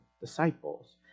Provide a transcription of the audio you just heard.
disciples